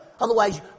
otherwise